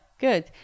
good